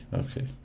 okay